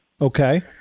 Okay